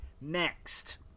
next